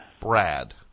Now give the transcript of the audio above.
Brad